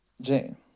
Jane